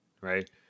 Right